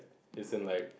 as in like